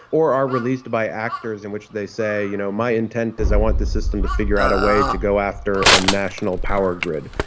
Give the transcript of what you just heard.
or are released by actors in which they say, you know, my intent is i want the system to figure out a way to go after a national power grid,